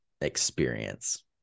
experience